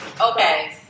okay